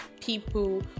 people